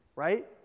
Right